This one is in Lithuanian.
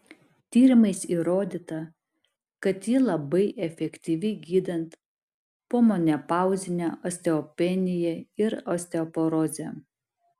tyrimais įrodyta kad ji labai efektyvi gydant pomenopauzinę osteopeniją ir osteoporozę